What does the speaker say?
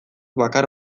bakar